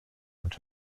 und